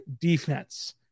defense